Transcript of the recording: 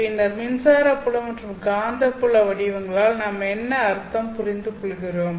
பின்னர் மின்சார புலம் மற்றும் காந்தப்புல வடிவங்களால் நாம் என்ன அர்த்தம் புரிந்துகொள்கிறோம்